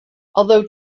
although